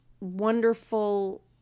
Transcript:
wonderful